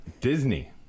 Disney